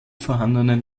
vorhandenen